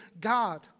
God